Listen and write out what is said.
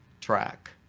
track